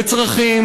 וצרכים,